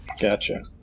Gotcha